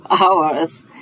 hours